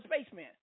spaceman